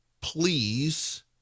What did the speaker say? please